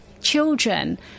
children